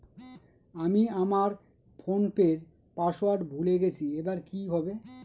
আমি আমার ফোনপের পাসওয়ার্ড ভুলে গেছি এবার কি হবে?